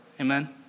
Amen